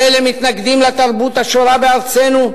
כל אלה מתנגדים לתרבות השורה בארצנו,